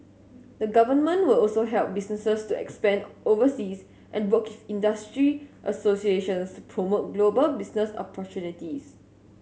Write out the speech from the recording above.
the government will also help businesses to expand overseas and work industry associations to promote global business opportunities